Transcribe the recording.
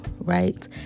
right